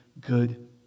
good